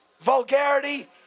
vulgarity